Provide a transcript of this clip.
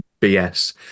BS